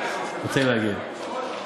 רוצה להגיב.